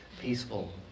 peaceful